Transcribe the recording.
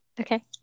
Okay